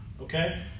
Okay